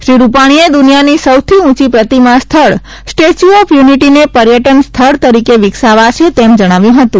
શ્રી રૂપાણીએ દુનિયાની સૌથી ઊંચી પ્રતિમા સ્થળ સ્ટેચ્યુ ઓફ યુનિટીને પર્યટન સ્થળ તરીકે વિકસાવાશે તેમ જણાવ્યું હતું